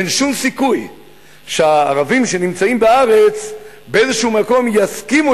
שאין שום סיכוי שהערבים שנמצאים בארץ באיזה מקום יסכימו